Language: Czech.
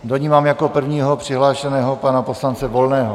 Do ní mám jako prvního přihlášeného pana poslance Volného.